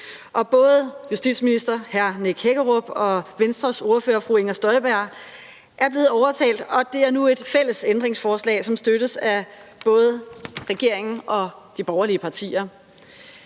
Både justitsministeren, hr. Nick Hækkerup, og Venstres ordfører, fru Inger Støjberg, er blevet overtalt, og det er nu et fælles ændringsforslag, som støttes af både regeringen og de borgerlige partier.